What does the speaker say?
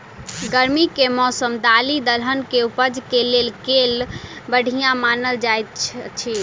गर्मी केँ मौसम दालि दलहन केँ उपज केँ लेल केल बढ़िया मानल जाइत अछि?